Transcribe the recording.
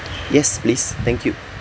yes please thank you